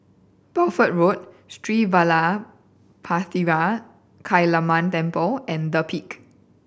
Bedford Road Sri Vadapathira Kaliamman Temple and The Peak